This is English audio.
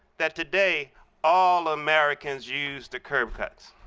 that today all americans use the curb cuts?